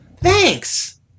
Thanks